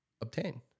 obtain